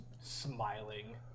smiling